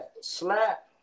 slap